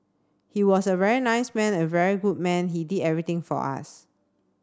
he was a very nice man a very good man he did everything for us